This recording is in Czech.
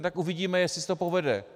No tak uvidíme, jestli se to povede.